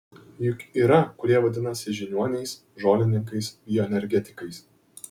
juk yra kurie vadinasi žiniuoniais žolininkais bioenergetikais